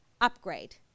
upgrade